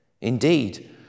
Indeed